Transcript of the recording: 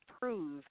prove